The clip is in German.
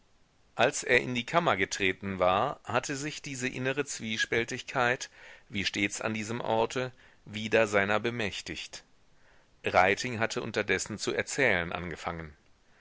als er in die kammer getreten war hatte sich diese innere zwiespältigkeit wie stets an diesem orte wieder seiner bemächtigt reiting hatte unterdessen zu erzählen angefangen